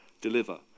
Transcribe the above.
deliver